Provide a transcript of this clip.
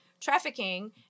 trafficking